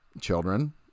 children